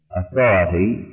authority